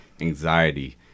anxiety